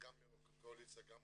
גם מהקואליציה וגם